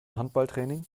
handballtraining